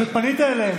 פשוט פנית אליהם.